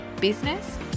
business